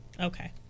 Okay